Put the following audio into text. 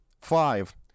Five